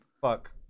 fuck